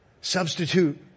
substitute